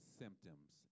symptoms